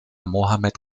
mohammed